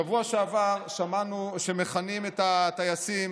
בשבוע שעבר שמענו שמכנים את הטייסים